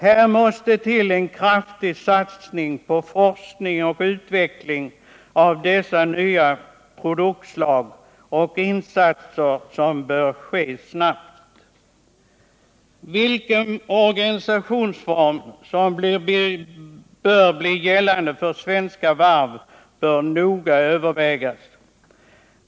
Här måste till en kraftig satsning på forskning och utveckling av dessa nya produktslag, och det är insatser som bör ske snabbt. Frågan om vilken organisationsform som bör bli gällande för Svenska Varv bör noga övervägas.